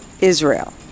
Israel